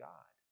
God